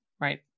right